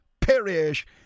perish